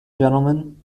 gentlemen